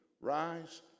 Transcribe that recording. rise